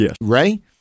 Ray